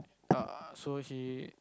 uh so he